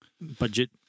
budget